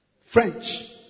French